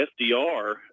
FDR